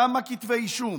כמה כתבי אישום?